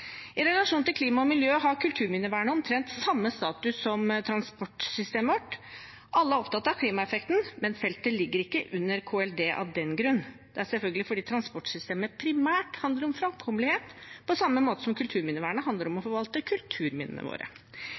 I relasjon til klima og miljø har kulturminnevernet omtrent samme status som transportsystemet vårt. Alle er opptatt av klimaeffekten, men feltet ligger ikke under Klima- og miljødepartementet av den grunn. Det er selvfølgelig fordi transportsystemet primært handler om framkommelighet, på samme måte som kulturminnevernet handler om å forvalte kulturminnene våre.